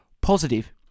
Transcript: positive